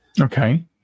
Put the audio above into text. Okay